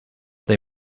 they